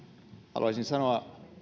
haluaisin sanoa